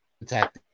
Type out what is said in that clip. attack